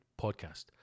podcast